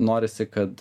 norisi kad